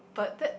but that